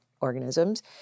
organisms